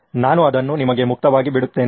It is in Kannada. ನಾನು ಅದನ್ನು ನಿಮಗೆ ಮುಕ್ತವಾಗಿ ಬಿಡುತ್ತೇನೆ